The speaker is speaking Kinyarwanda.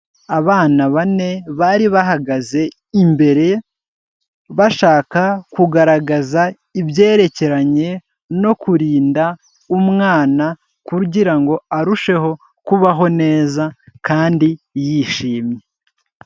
Abana bane bari bahagaze imbere, bashaka kugaragaza ibyerekeranye no kurinda umwana, kugira ngo arusheho kubaho neza kandi yishimye.